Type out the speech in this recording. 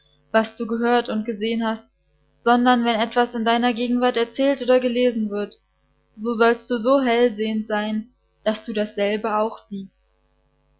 was du gehört und gesehen hast sondern wenn etwas in deiner gegenwart erzählt oder gelesen wird so sollst du so hellsehend sein daß du dasselbe auch siehst